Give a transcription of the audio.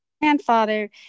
grandfather